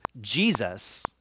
Jesus